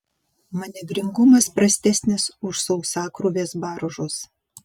manevringumas prastesnis už sausakrūvės baržos